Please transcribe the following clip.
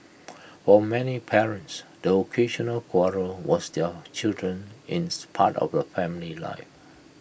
for many parents the occasional quarrel was their children ins part of the family life